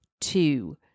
Two